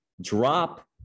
drop